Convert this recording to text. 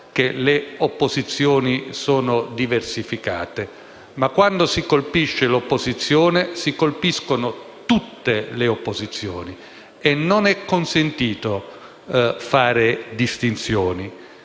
che le opposizioni sono diversificate, ma quando si colpisce l'opposizione, si colpiscono tutte le opposizioni e non è consentito fare distinzioni.